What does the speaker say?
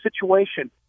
situation